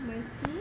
my school